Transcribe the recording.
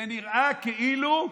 זה נראה כאילו,